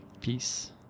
Peace